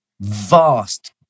vast